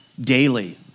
daily